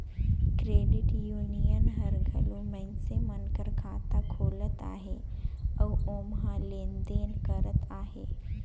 credit union हर घलो मइनसे मन कर खाता खोलत अहे अउ ओम्हां लेन देन करत अहे